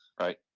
right